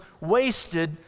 wasted